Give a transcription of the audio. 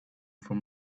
from